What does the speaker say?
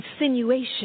insinuation